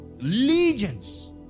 legions